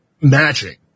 matching